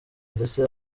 ndetse